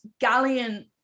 gallant